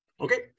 Okay